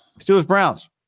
Steelers-Browns